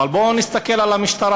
אבל בוא נסתכל על המשטרה.